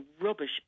rubbish